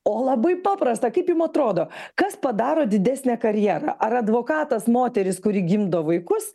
o labai paprasta kaip jum atrodo kas padaro didesnę karjerą ar advokatas moteris kuri gimdo vaikus